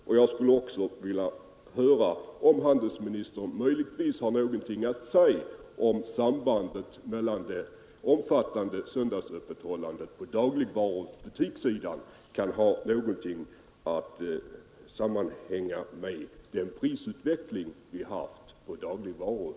Därför vill jag höra om handelsministern möjligen har någonting att säga om sambandet mellan det omfattande söndagsöppethållandet i dagligvarubutikerna och den prisutveckling vi haft på dagligvarorna.